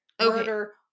murder